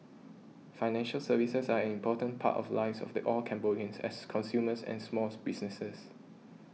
financial services are an important part of lives of the all Cambodians as consumers and smalls businesses